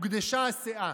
הוגדשה הסאה,